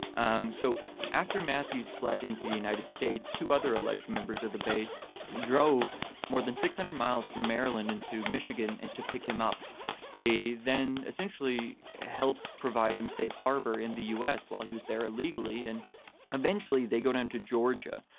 um so after matthews fled into the united states, two other alleged members of the base drove more than six hundred miles from maryland into michigan and to pick him up they then essentially helped provide him safe harbor in the u s. while he was there illegally. and eventually they go down to georgia,